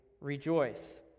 rejoice